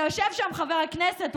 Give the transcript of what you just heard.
אתה יושב שם, חבר הכנסת.